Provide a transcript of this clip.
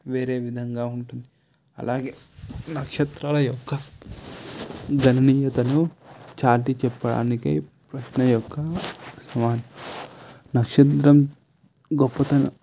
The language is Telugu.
వేరే విధంగా ఉంటుంది అలాగే నక్షత్రాలు యొక్క చాటి చెప్పడానికి నక్షత్రం గొప్పతనం